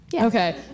Okay